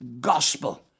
gospel